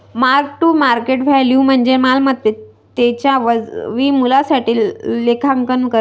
mark to market value म्हणजे मालमत्तेच्या वाजवी मूल्यासाठी लेखांकन करणे